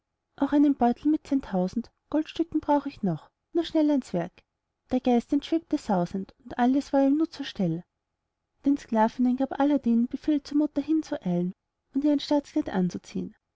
auch einen beutel mit zehntausend goldstücken brauch ich noch nur schnell ans werk der geist entschwebte sausend und alles war im nu zur stell den sklavinnen gab aladdin befehl zur mutter hinzueilen und ihr ein staatskleid anzuziehn